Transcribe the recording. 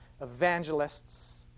evangelists